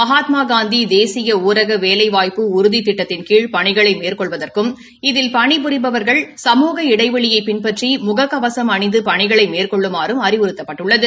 மகாத்மாகாந்தி தேசிய ஊரக வேலை வாய்ப்பு உறுதித் திட்டத்தின்கீழ் பணிகளை மேற்கொள்வதற்கும் இதில் பணி புரிபவர்கள் சமூக இடைவெளியை பின்பற்றி முககவசம் அணிந்து பணிகளை மேற்கொள்ளுமாறும் அறிவுறுத்தப்பட்டுள்ளது